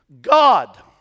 God